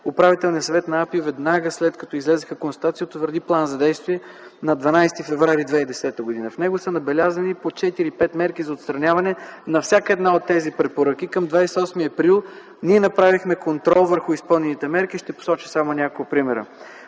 Управителният съвет на АПИ веднага след като излязоха констатациите утвърди план за действие на 12 февруари 2010 г. В него са набелязани по 4-5 мерки за отстраняване на всяка една от тези препоръки. Към 28 април направихме контрол върху изпълнените мерки. Ще посоча само няколко примера.